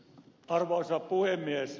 arvoisa puhemies